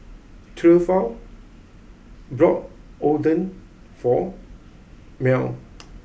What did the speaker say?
Theophile bought Oden for Mell